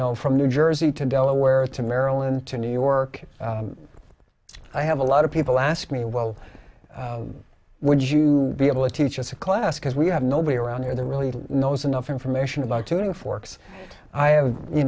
know from new jersey to delaware to maryland to new york i have a lot of people ask me well would you be able to teach us a class because we have nobody around here there really knows enough information about tuning forks i have you